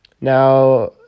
Now